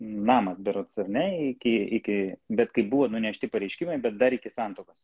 namas berods ar ne iki iki bet kai buvo nunešti pareiškimai bet dar iki santuokos